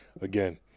again